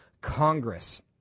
Congress